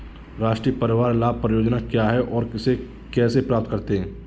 राष्ट्रीय परिवार लाभ परियोजना क्या है और इसे कैसे प्राप्त करते हैं?